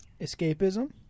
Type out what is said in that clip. escapism